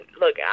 look